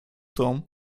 том